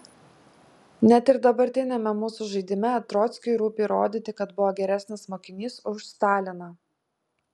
net ir dabartiniame mūsų žaidime trockiui rūpi įrodyti kad buvo geresnis mokinys už staliną